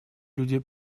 люди